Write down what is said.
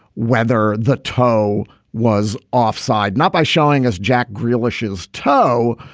whether the toe was offside. not by showing us jack grealish his toe,